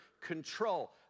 control